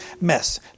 mess